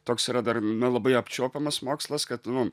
toks yra dar nelabai apčiuopiamas mokslas kad nu